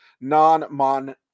non-mon